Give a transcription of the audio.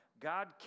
God